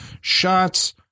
shots